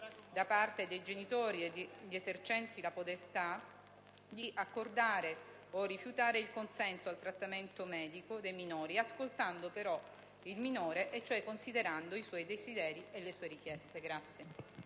da parte dei genitori e degli esercenti la potestà di accordare o rifiutare il consenso al trattamento medico dei minori, ascoltando però il minore e cioè considerando i suoi desideri e le sue richieste. **Saluto